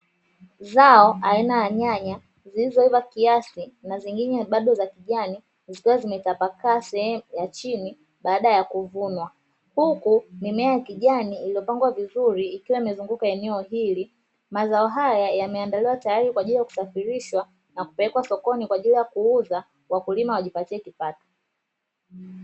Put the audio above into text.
Zao aina ya nyanya zilizoiva kiasi na zingine bado za kijani zikiwa zimetapakaa sehemu ya chini baada ya kuvunwa, huku mimea ya kijani iliyopangwa vizuri ikiwa imezunguka eneo hili. Mazao haya yameandaliwa tayari kwa ajili ya kusafirishwa na kupelekwa sokoni kwa ajili ya kuuza wakulima wajipatie kipato.